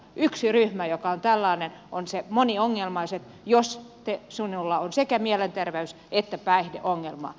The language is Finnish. yksi ryhmä joka on tällainen on moniongelmaiset jos sinulla on sekä mielenterveys että päihdeongelma